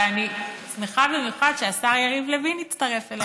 אבל אני שמחה במיוחד שהשר יריב לוין הצטרף אלינו,